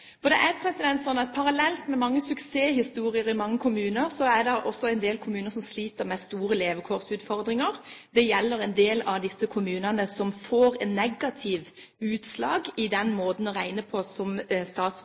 Parallelt med mange suksesshistorier i mange kommuner er det en del kommuner som sliter med store levekårsutfordringer. Det gjelder en del av de kommunene der den måten å regne på som statsråden og regjeringen har lagt opp til, gir negative utslag. I Vennesla, som